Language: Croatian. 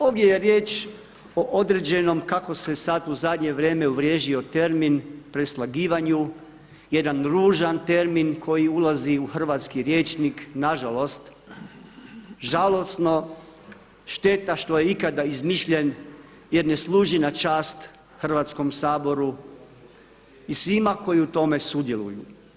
Ovdje je riječ o određenom kako se sada u zadnje vrijeme uvriježio termin preslagivanju jedan ružan termin koji ulazi u hrvatski rječnik, nažalost žalosno, šteta što je ikada izmišljen jer ne služi na čast Hrvatskom saboru i svima koji u tome sudjeluju.